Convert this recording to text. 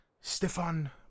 Stefan